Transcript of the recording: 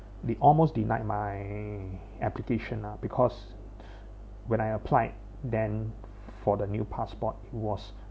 they almost denied my application lah because when I applied then for the new passport was